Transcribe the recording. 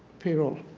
payroll.